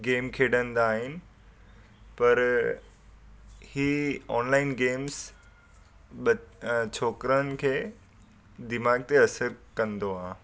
game खेॾंदा आहिनि पर इहे ऑनलाइन गेम्स ब छोकिरनि खे दिमाग ते असरु कंदो आहे